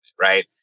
right